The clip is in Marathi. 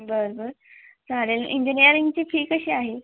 बरं बरं चालेल इंजेनेयरिंगची फी कशी आहे